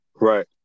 Right